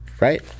right